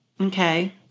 Okay